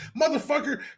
Motherfucker